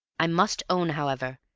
i must own, however,